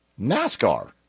NASCAR